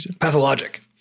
Pathologic